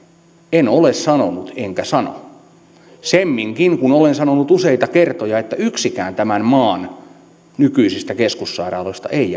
en ole sanonut enkä sano semminkin kun olen sanonut useita kertoja että yksikään tämän maan nykyisistä keskussairaaloista ei